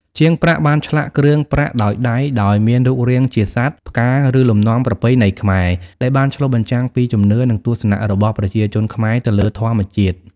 ជាងប្រាក់បានឆ្លាក់គ្រឿងប្រាក់ដោយដៃដោយមានរូបរាងជាសត្វ ផ្កា ឬលំនាំប្រពៃណីខ្មែរ ដែលបានឆ្លុះបញ្ចាំងពីជំនឿ និងទស្សនៈរបស់ប្រជាជនខ្មែរទៅលើធម្មជាតិ។